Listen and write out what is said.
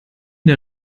der